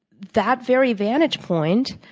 that very vantage point,